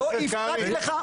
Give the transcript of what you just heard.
לא הפרעתי לך.